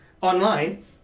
online